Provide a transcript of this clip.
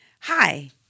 Hi